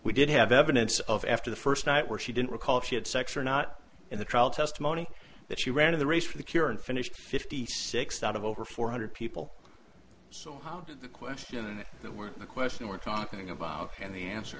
we did have evidence of after the first night where she didn't recall if she had sex or not and the trial testimony that she ran in the race for the cure and finished fifty six out of over four hundred people so how did the question that we're a question we're talking about and the answer